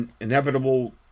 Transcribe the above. inevitable